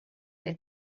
and